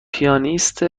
پیانیست